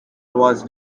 was